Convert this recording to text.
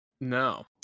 no